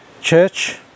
church